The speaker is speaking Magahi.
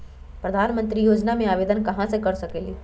प्रधानमंत्री योजना में आवेदन कहा से कर सकेली?